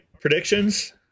predictions